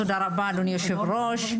תודה רבה אדוני יושב הראש.